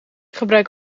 gebruik